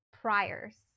priors